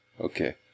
Okay